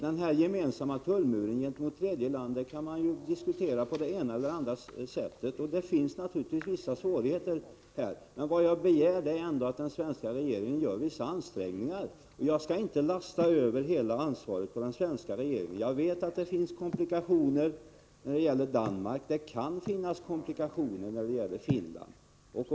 Den gemensamma tullmuren gentemot tredje land kan ju diskuteras på det ena eller det andra sättet. Det finns naturligtvis vissa svårigheter här. Men vad jag begär är att den svenska regeringen gör vissa ansträngningar. Jag skall inte lasta över hela ansvaret på den svenska regeringen. Det finns komplikationer när det gäller Danmark, och det kan finnas sådana när det gäller Finland också.